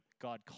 God